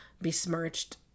besmirched